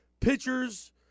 pitchers